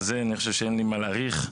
אני חושב שאין לי מה להאריך,